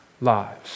Lives